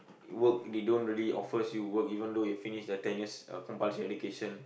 work they don't really offers you work even though you finish the ten years compulsory education